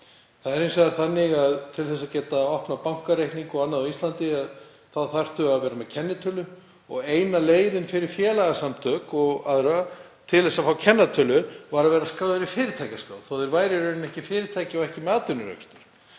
Það er hins vegar þannig að til þess að geta opnað bankareikning og annað á Íslandi þarftu að vera með kennitölu og eina leiðin fyrir félagasamtök og aðra til að fá kennitölu var að vera skráð í fyrirtækjaskrá, þó að þau væru í rauninni ekki fyrirtæki og ekki með atvinnurekstur.